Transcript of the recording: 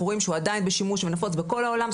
רואים שהוא עדיין בשימוש ונפוץ בכל העולם,